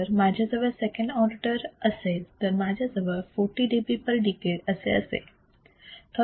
जर माझ्याजवळ second order असेल तर माझ्याजवळ 40 dB per decade असे असेल